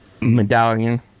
medallion